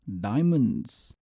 diamonds